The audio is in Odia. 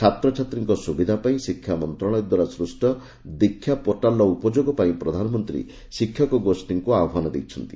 ଛାତ୍ରଛାତ୍ରୀଙ୍କ ସୁବିଧା ପାଇଁ ଶିକ୍ଷା ମନ୍ତ୍ରଣାଳୟ ଦ୍ୱାରା ସୃଷ୍ଟ ଦୀକ୍ଷା ପୋର୍ଟାଲର ଉପଯୋଗ ପାଇଁ ପ୍ରଧାନମନ୍ତ୍ରୀ ଶିକ୍ଷକ ଗୋଷ୍ଠୀଙ୍କୁ ଆହ୍ୱାନ ଦେଇଛନ୍ତି